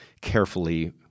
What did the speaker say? carefully